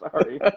Sorry